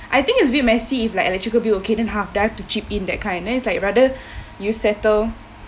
I think a bit messy if like electrical bill okay then half then do I have to chip in that kind then it's like rather you settle